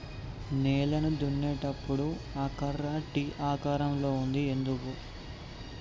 నేలను దున్నేటప్పుడు ఆ కర్ర టీ ఆకారం లో ఉంటది ఎందుకు?